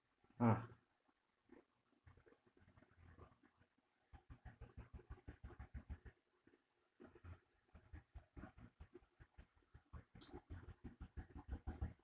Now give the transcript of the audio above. ah